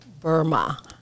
Burma